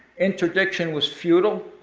intervention was futile.